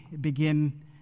begin